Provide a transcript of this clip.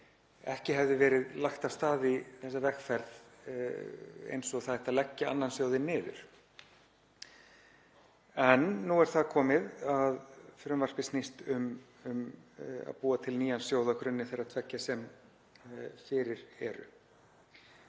ekki hefði verið lagt af stað í þessa vegferð eins og það ætti að leggja annan sjóðinn niður. En nú er það komið að frumvarpið snýst um að búa til nýjan sjóð á grunni þeirra tveggja sem fyrir eru.